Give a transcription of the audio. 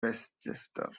westchester